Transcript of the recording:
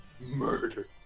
Murder